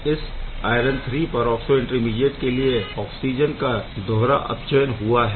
इस iron III peroxo intermediate के लिए ऑक्सिजन का दोहरा अपचयन हुआ है